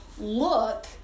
look